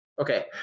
Okay